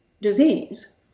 disease